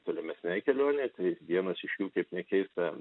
tolimesnei kelionei tai vienas iš jų kaip nekeista